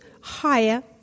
higher